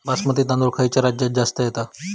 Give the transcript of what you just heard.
बासमती तांदूळ खयच्या राज्यात जास्त येता?